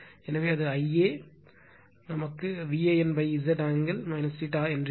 எனவே அது Ia VAN Z ஆங்கிளாக இருக்கும்